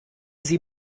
sie